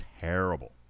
Terrible